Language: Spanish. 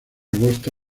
agosto